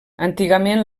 antigament